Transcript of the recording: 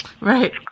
right